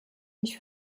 ich